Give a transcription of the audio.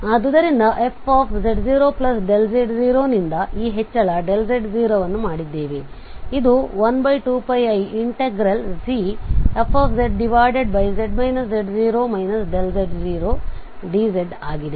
ಆದ್ದರಿಂದ fz0z0 ನಿಂದ ಈ ಹೆಚ್ಚಳ z0 ಅನ್ನು ಮಾಡಿದ್ದೇವೆ ಆದ್ದರಿಂದ ಇದು 12πiCfz z0 z0dz ಆಗಿದೆ